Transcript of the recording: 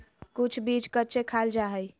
कुछ बीज कच्चे खाल जा हई